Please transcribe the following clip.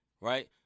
right